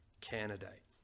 candidate